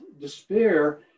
despair